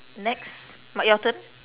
next now your turn